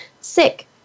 sick